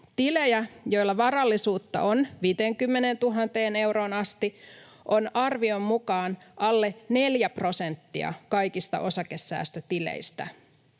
Tilejä, joilla varallisuutta on 50 000 euroon asti, on arvion mukaan alle neljä prosenttia kaikista osakesäästötileistä